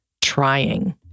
trying